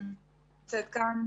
נמצאת כאן.